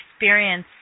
experience